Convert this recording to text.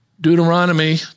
Deuteronomy